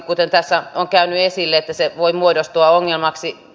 kuten tässä on käynyt esille se voi muodostua ongelmaksi